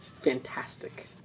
Fantastic